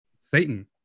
satan